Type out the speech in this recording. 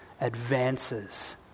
advances